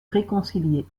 réconcilier